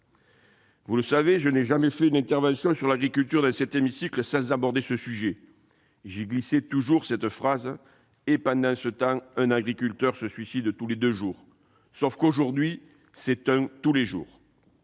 Vous le savez, je ne suis jamais intervenu sur l'agriculture dans cet hémicycle sans aborder ce sujet. Je glisse toujours cette phrase :« et pendant ce temps, un agriculteur se suicide tous les deux jours »; mais aujourd'hui, c'est un agriculteur tous